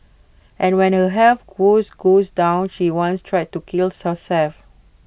and when her health woes down she once tried to kill herself